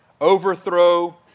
overthrow